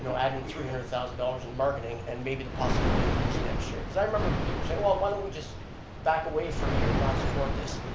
you know adding three hundred thousand dollars in marketing and maybe the possibility of losing next year. cause i remember people say, well, why don't we just back away for a year and not support this,